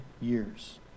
years